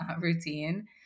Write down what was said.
routine